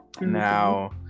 Now